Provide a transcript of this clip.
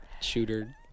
shooter